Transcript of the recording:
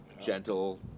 gentle